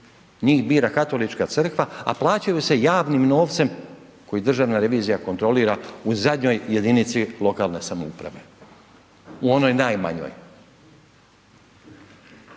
njih bira Katolička crkva, a plaćaju se javnim novcem koji Državna revizija kontrolira u zadnjoj jedinici lokalne samouprave, u onoj najmanjoj.